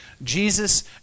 Jesus